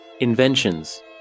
Inventions